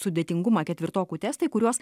sudėtingumą ketvirtokų testai kuriuos